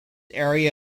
area